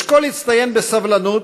אשכול הצטיין בסבלנות,